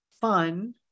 fun